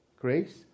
grace